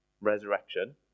resurrection